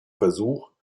versuch